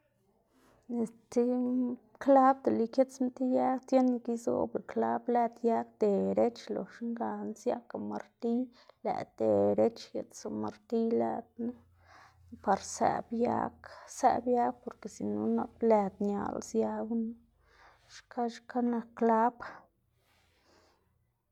estibun klab dele ikiꞌtsma ti yag, tiene ke izoꞌblá klab lëd yag derech loxna gana siaꞌka martiy lëꞌkga derech kitslá martiy lëd knu, par sëꞌb yag sëꞌb yag porke si no nap lëd ñalá sia gunu. Xka xka nak klab.